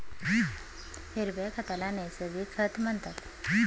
हिरव्या खताला नैसर्गिक खत म्हणतात